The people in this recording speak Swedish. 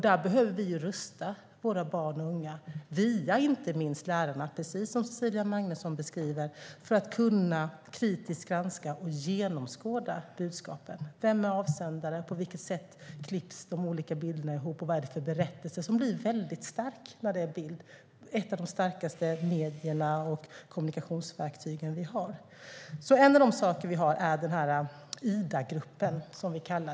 Vi behöver rusta våra barn och unga, via inte minst lärarna, precis som Cecilia Magnusson beskriver, så att de kritiskt kan granska och genomskåda budskapen. Vem är avsändaren? På vilket sätt klipps de olika bilderna ihop? Vilken är berättelsen, som blir stark i bild? Bilden är ett av de starkaste medierna och kommunikationsverktygen vi har. En av de saker som finns är IDA-gruppen.